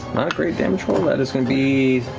great damage roll. that is going to be